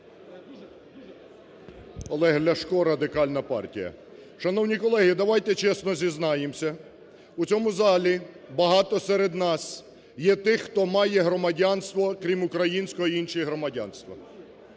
Олег Ляшко, Радикальна партія. Шановні колеги, давайте чесно зізнаємося, в цьому залі багато серед нас є тих, хто має громадянство, крім українського, й інші громадянства.